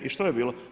I što je bilo?